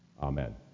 amen